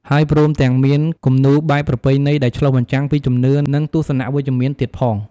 ហើយព្រមទាំងមានគំនូរបែបប្រពៃណីដែលឆ្លុះបញ្ចាំងពីជំនឿ និងទស្សនៈវិជ្ជមានទៀតផង។